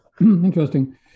Interesting